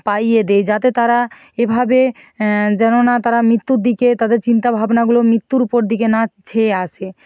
পাইয়ে দেয় যাতে তারা এভাবে যেন না তারা মৃত্যুর দিকে তাদের চিন্তা ভাবনাগুলো মৃত্যুর উপর দিকে না ছেয়ে আসে